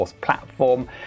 Platform